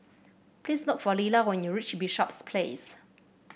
please look for Lilla when you reach Bishops Place